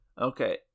Okay